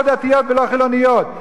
לא דתיות ולא חילוניות.